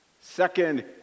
Second